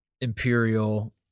Imperial